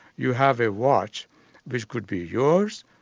you have a watch which could be yours,